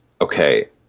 okay